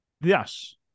Yes